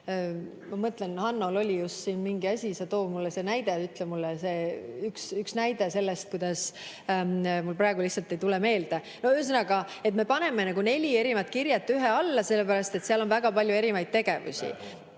ma mõtlen, Hannol oli just siin mingi asi. Sa too mulle see näide, ütle mulle see üks näide sellest, kuidas … Mul praegu lihtsalt ei tule meelde. Ühesõnaga, et me paneme neli erinevat kirjet ühe alla selle pärast, et seal on väga palju erinevaid tegevusi.